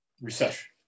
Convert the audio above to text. recession